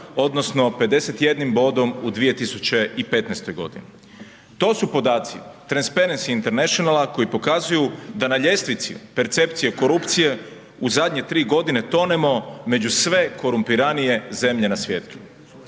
odnosno 51 bodom u 2015. godini. To su podaci Transparency International koji pokazuju da na ljestvici percepcije korupcije u zadnje tri godine tonemo među sve korumpiranije zemlje na svijetu.